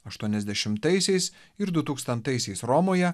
aštuoniasdešimtaisiais ir du tūkstantaisiais romoje